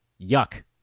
Yuck